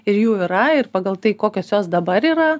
ir jų yra ir pagal tai kokios jos dabar yra